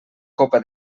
copa